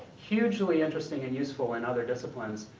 hugely interesting and useful in other disciplines,